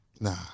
Nah